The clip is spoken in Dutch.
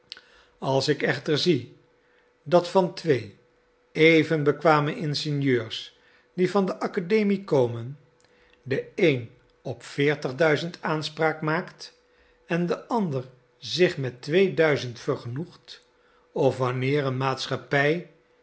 als ik echter zie dat van twee even bekwame ingenieurs die van de academie komen de een op veertigduizend aanspraak maakt en de ander zich met tweeduizend vergenoegt of wanneer een maatschappij